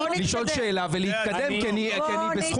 לא אייצג אתכם בחוק --- כי זה חוק